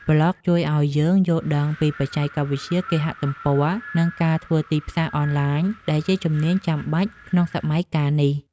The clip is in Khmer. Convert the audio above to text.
ប្លក់ជួយឱ្យយើងយល់ដឹងពីបច្ចេកវិទ្យាគេហទំព័រ និងការធ្វើទីផ្សារអនឡាញ ដែលជាជំនាញចាំបាច់ក្នុងសម័យកាលនេះ។